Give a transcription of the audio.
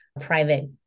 private